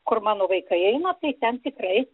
kur mano vaikai eina tai ten tikrai